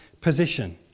position